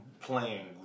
playing